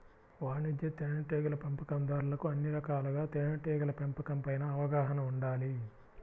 వాణిజ్య తేనెటీగల పెంపకందారులకు అన్ని రకాలుగా తేనెటీగల పెంపకం పైన అవగాహన ఉండాలి